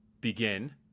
begin